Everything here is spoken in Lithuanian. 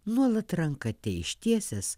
nuolat ranka ištiesęs